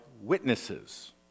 witnesses